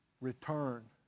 return